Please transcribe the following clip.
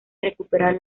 recuperar